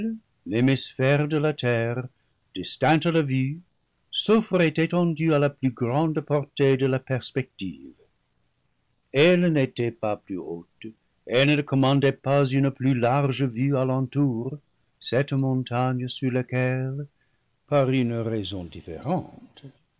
l'hémisphère de la terre distinct à la vue s'offrait étendu à la plus grande portée de la perspective elle n'était pas plus haute elle ne commandait pas une plus large vue à l'entour cette montagne sur laquelle par une raison différente